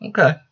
Okay